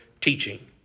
teaching